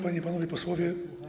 Panie i Panowie Posłowie!